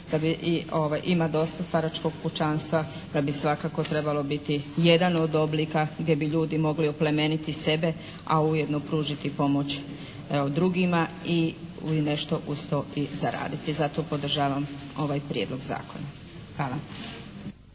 ima dosta staračkog pučanstva, da bi svakako trebalo biti jedan od oblika gdje bi ljudi mogli oplemeniti sebe, a ujedno pružiti pomoć drugima i nešto uz to i zaraditi. Zato podržavam ovaj prijedlog zakona. Hvala.